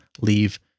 leave